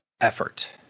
effort